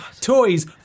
toys